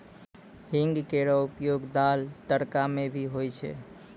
हींग केरो उपयोग दाल, तड़का म भी होय छै